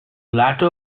latter